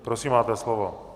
Prosím, máte slovo.